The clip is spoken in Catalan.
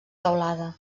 teulada